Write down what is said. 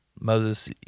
Moses